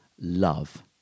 love